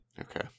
Okay